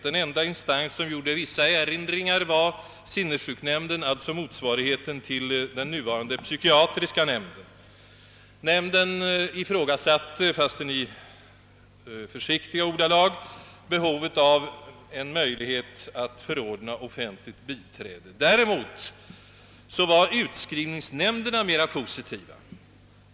Den enda instans som gjorde vissa erinringar var sinnessjuknämnden, alltså motsvarigheten till den nuvarande psykiatriska nämnden. Nämnden ifrågasatte, fastän i försiktiga ordalag, behovet av en möjlighet att förordna offentligt biträde. Däremot var utskrivningsnämnderna mera positiva.